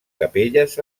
capelles